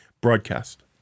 broadcast